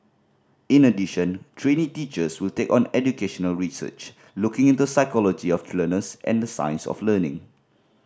in addition trainee teachers will take on educational research looking into psychology of learners and the science of learning